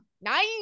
Nine